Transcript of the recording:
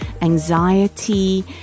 anxiety